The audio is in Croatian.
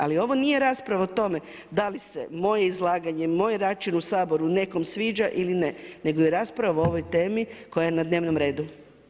Ali ovo nije rasprava o tome da li se moje izlaganje, moj način u Saboru nekome sviđa ili ne, nego je rasprava o ovoj temi koja je na dnevnom redu.